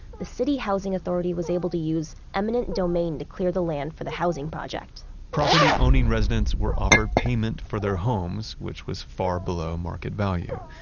the city housing authority was able to use eminent domain to clear the land for the housing project property owning residents were offered payment for their homes, which was far below market value,